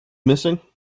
missing